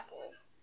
apples